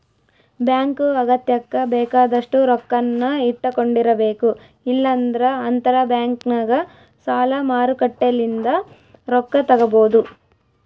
bank ಅಗತ್ಯಕ್ಕ ಬೇಕಾದಷ್ಟು ರೊಕ್ಕನ್ನ ಇಟ್ಟಕೊಂಡಿರಬೇಕು, ಇಲ್ಲಂದ್ರ ಅಂತರಬ್ಯಾಂಕ್ನಗ ಸಾಲ ಮಾರುಕಟ್ಟೆಲಿಂದ ರೊಕ್ಕ ತಗಬೊದು